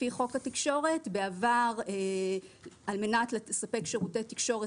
לפי חוק התקשורת בעבר על מנת לספק שירותי תקשורת